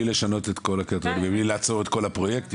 לשמש את כל הקריטריונים ובלי לעצור את כל הפרויקט,